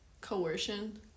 coercion